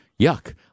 yuck